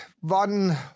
One